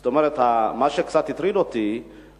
זאת אומרת, מה שקצת הטריד אותי,